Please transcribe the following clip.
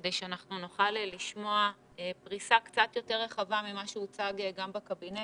כדי שאנחנו נוכל לשמוע פריסה קצת יותר רחבה ממה שהוצג גם בקבינט.